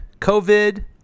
COVID